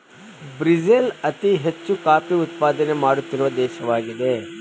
Brazil ಅತಿ ಹೆಚ್ಚು coffee ಉತ್ಪಾದನೆ ಮಾಡುತ್ತಿರುವ ದೇಶವಾಗಿದೆ